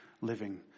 living